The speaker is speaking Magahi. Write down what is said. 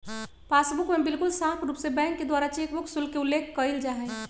पासबुक में बिल्कुल साफ़ रूप से बैंक के द्वारा चेकबुक शुल्क के उल्लेख कइल जाहई